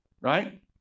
right